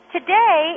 Today